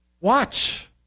watch